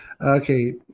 Okay